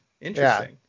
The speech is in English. Interesting